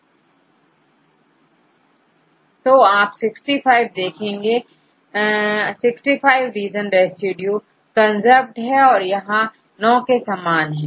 तो आप 65 देखें आप देखेंगे की 65 रीज़न रेसिड्यू कंजर्व्ड है और यहां 9 के समान है